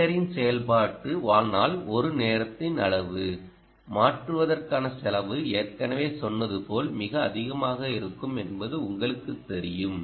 பேட்டரியின் செயல்பாட்டு வாழ்நாள் ஒரு நேரத்தின் அளவு மாற்றுவதற்கான செலவு ஏற்கனவே சொன்னது போல் மிக அதிகமாக இருக்கும் என்பது உங்களுக்குத் தெரியும்